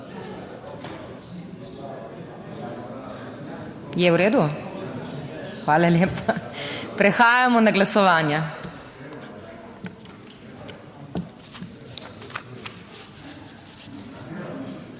iz dvorane/ Hvala lepa. Prehajamo na glasovanje.